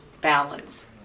balance